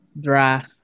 dry